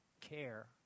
care